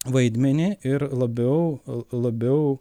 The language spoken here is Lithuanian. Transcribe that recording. vaidmenį ir labiau labiau